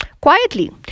quietly